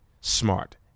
smart